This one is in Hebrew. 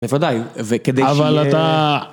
בוודאי, וכדי ש... אבל אתה...